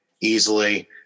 easily